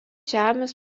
žemės